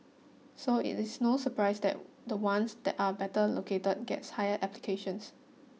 so it is no surprise that the ones that are better located gets higher applications